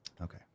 Okay